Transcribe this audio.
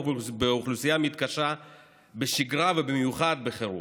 באוכלוסייה מתקשה בשגרה ובמיוחד בחירום.